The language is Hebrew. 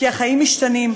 כי החיים משתנים.